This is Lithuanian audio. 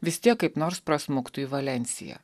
vis tiek kaip nors prasmuktų į valensiją